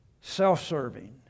self-serving